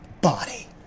body